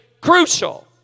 crucial